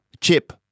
Chip